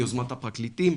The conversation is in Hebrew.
ביוזמת הפרקליטים,